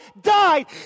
died